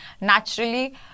Naturally